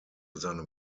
seinem